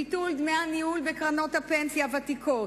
ביטול דמי הניהול בקרנות הפנסיה הוותיקות.